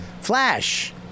Flash